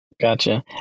Gotcha